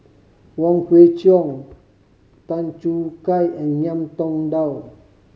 Wong Kwei Cheong Tan Choo Kai and Ngiam Tong Dow